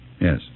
Yes